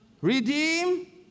Redeem